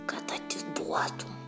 kad atiduotum